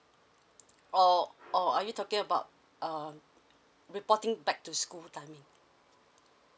or or are you talking about err reporting back to school timing